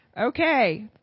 Okay